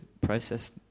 process